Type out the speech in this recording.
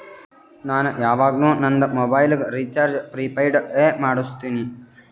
ನಾ ಯವಾಗ್ನು ನಂದ್ ಮೊಬೈಲಗ್ ರೀಚಾರ್ಜ್ ಪ್ರಿಪೇಯ್ಡ್ ಎ ಮಾಡುಸ್ತಿನಿ